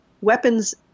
weapons